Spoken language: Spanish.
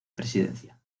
presidencia